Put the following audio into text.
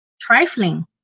trifling